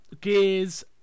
gears